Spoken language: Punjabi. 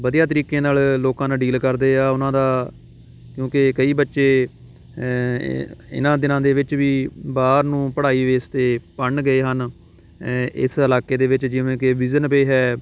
ਵਧੀਆ ਤਰੀਕੇ ਨਾਲ ਲੋਕਾਂ ਨਾਲ ਡੀਲ ਕਰਦੇ ਆ ਉਹਨਾਂ ਦਾ ਕਿਉਂਕਿ ਕਈ ਬੱਚੇ ਇਹਨਾਂ ਦਿਨਾਂ ਦੇ ਵਿੱਚ ਵੀ ਬਾਹਰ ਨੂੰ ਪੜ੍ਹਾਈ ਬੇਸ 'ਤੇ ਪੜ੍ਹਨ ਗਏ ਹਨ ਇਸ ਇਲਾਕੇ ਦੇ ਵਿੱਚ ਜਿਵੇਂ ਕਿ ਵਿਜ਼ਨਵੇ ਹੈ